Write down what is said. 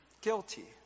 guilty